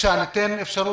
שתי נקודות אם אפשר.